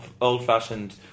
old-fashioned